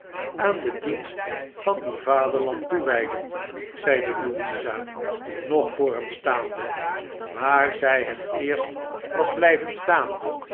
aan den dienst van uw vaderland toewijden zeide louisa nog voor hem staande waar zij het eerst was blijven staan